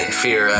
fear